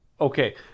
Okay